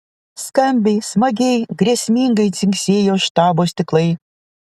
skambiai smagiai grėsmingai dzingsėjo štabo stiklai